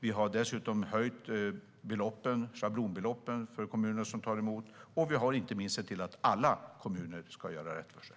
Vi har dessutom höjt schablonbeloppen för kommuner som tar emot, och vi har inte minst sett till att alla kommuner ska göra rätt för sig.